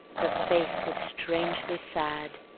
her face was strangely sad,